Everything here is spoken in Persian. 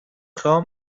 خوام